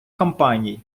кампаній